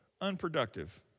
unproductive